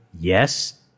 Yes